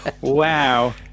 wow